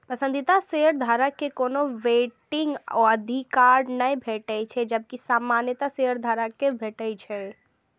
पसंदीदा शेयरधारक कें कोनो वोटिंग अधिकार नै भेटै छै, जबकि सामान्य शेयधारक कें भेटै छै